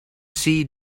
see